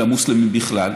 למוסלמים בכלל,